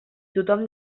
tothom